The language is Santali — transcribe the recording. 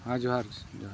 ᱦᱮᱸ ᱡᱚᱦᱟᱨᱜᱮ ᱡᱚᱦᱟᱨ